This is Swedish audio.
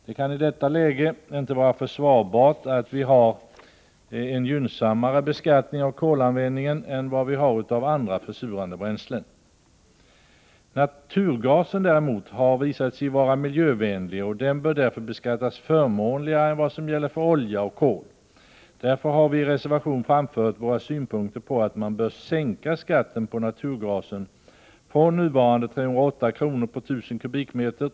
Det kan i detta läge inte vara försvarbart att vi har en gynnsammare beskattning av kolanvändningen än vi har av andra försurande bränslen. Naturgasen däremot har visat sig vara miljövänlig, och den bör därför beskattas förmånligare än vad som gäller för olja och kol. Därför har vi i en reservation framfört att man bör sänka skatten på naturgasen från nuvarande 308 kr. per 1 000 m?